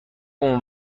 اون